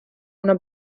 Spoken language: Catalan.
una